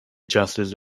justice